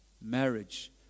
marriage